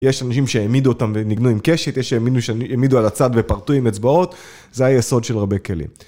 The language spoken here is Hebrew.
יש אנשים שהעמידו אותם וניגנו עם קשת, יש שהעמידו על הצד ופרטו עם אצבעות, זה היסוד של רבי כלים.